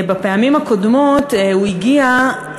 בפעמים הקודמות שהוא הגיע,